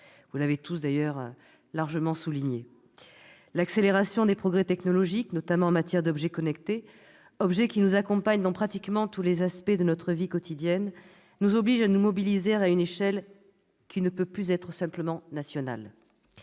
vous l'avez tous largement souligné. L'accélération des progrès technologiques, notamment en matière d'objets connectés, qui nous accompagnent dans pratiquement tous les aspects de notre vie quotidienne, nous oblige à nous mobiliser à une échelle qui ne peut plus être seulement nationale.